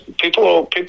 people